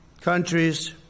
countries